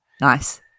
Nice